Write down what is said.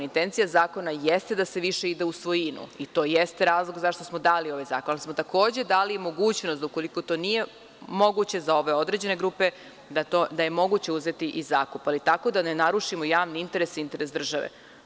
Intencija zakona jeste da više ide u svojinu i to jeste razlog zašto smo dali ovaj zakon, ali smo takođe dali mogućnost da ukoliko to nije moguće za ove određene grupe, da je moguće uzeti i zakup, ali tako da ne narušimo javni interes i interes države.